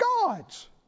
gods